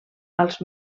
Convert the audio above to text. als